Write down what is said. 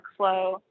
workflow